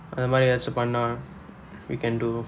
அந்த மாதிரி ஏதாவது பன்னா:andtha maathiri eethavathu pannaa we can do